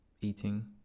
eating